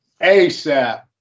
ASAP